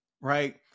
right